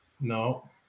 No